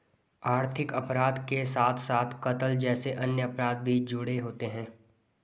आर्थिक अपराध के साथ साथ कत्ल जैसे अन्य अपराध भी जुड़े होते हैं